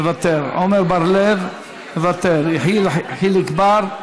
מוותר, עמר בר-לב, מוותר, יחיאל חיליק בר,